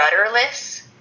rudderless